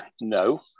No